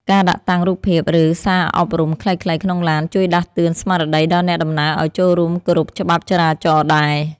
ការដាក់តាំងរូបភាព ឬសារអប់រំខ្លីៗក្នុងឡានជួយដាស់តឿនស្មារតីដល់អ្នកដំណើរឱ្យចូលរួមគោរពច្បាប់ចរាចរណ៍ដែរ។